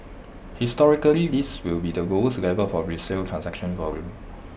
historically this will be lowest level for resale transaction volume